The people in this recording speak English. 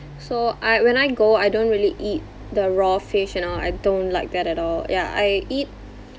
so I when I go I don't really eat the raw fish and all I don't like that at all ya I eat